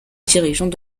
dirigeant